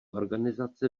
organizace